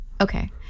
Okay